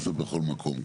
האוצר --- בכל מקום,